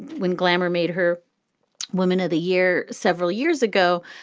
when glamour made her woman of the year several years ago,